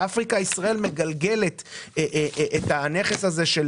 אפריקה ישראל מגלגלת את הנכס הזה של